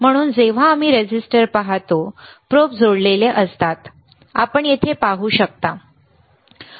म्हणून जेव्हा आम्ही रेझिस्टर पाहतो प्रोब जोडलेले असतात आपण येथे पाहू शकता बरोबर